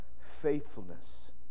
faithfulness